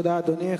תודה, אדוני.